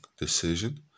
decision